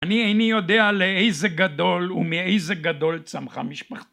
אני איני יודע לאיזה גדול ומאיזה גדול צמחה משפחתי